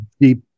deep